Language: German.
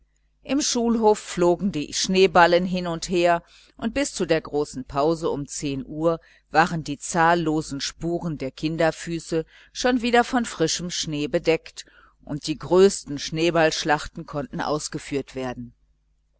im schulhof flogen die schneeballen hin und her und bis zu der großen pause um uhr waren die zahllosen spuren der kinderfüße schon wieder von frischem schnee bedeckt und die größten schneeballenschlachten konnten ausgeführt werden